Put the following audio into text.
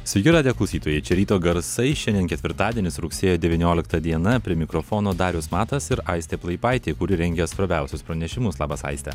sveiki radijo klausytojai čia ryto garsai šiandien ketvirtadienis rugsėjo devyniolikta diena prie mikrofono darius matas ir aistė plaipaitė kuri rengia svarbiausius pranešimus labas aiste